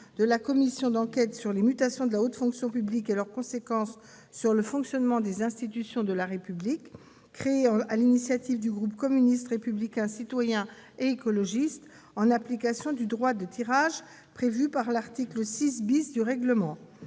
de la commission d'enquête sur les mutations de la haute fonction publique et leurs conséquences sur le fonctionnement des institutions de la République, créée sur l'initiative du groupe communiste républicain citoyen et écologiste en application du droit de tirage prévu par l'article 6 du règlement.